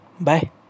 bye